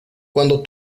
cuando